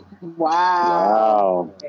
Wow